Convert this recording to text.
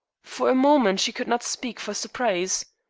for a moment she could not speak for surprise.